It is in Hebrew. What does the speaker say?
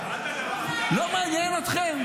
--- לא מעניין אתכם?